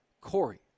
Corey